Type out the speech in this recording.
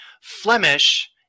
Flemish